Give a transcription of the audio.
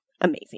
amazing